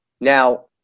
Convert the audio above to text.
Now